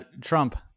Trump